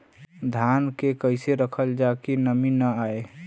धान के कइसे रखल जाकि नमी न आए?